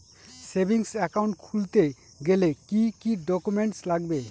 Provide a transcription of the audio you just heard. Savings account খুলতে গেলে কি কি ডকুমেন্টস লাগবে?